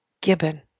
Gibbon